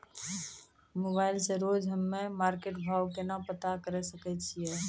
Mobile से रोजे हम्मे मार्केट भाव केना पता करे सकय छियै?